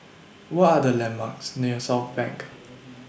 What Are The landmarks near Southbank